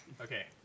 Okay